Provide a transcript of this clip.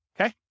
Okay